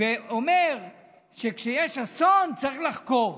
ואומר שכשיש אסון צריך לחקור.